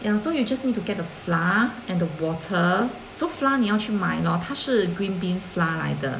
ya so you just need to get the flour and the water so flour 你要去买 lor 他是 green bean flour 来的